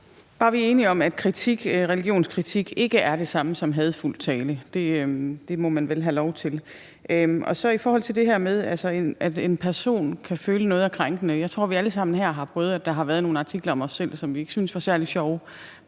Bare vi er enige om, at religionskritik ikke er det samme som hadefuld tale. Det må man vel have lov til. I forhold til det her med, at en person kan føle, at noget er krænkende, vil jeg sige, at jeg tror, at vi allesammen her har prøvet, at der har været nogle artikler om os selv, som vi ikke syntes var særlig sjove,